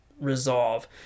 Resolve